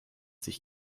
sich